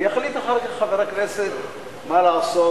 ויחליט אחר כך חבר הכנסת מה לעשות,